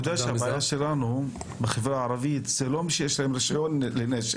אתה יודע שהבעיה שלנו בחברה הערבית זה לא מי שיש להם רישיון לנשק,